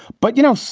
but, you know,